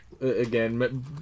Again